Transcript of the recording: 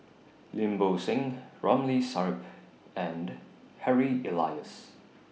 Lim Bo Seng Ramli Sarip and Harry Elias